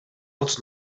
moc